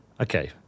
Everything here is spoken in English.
Okay